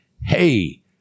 hey